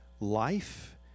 life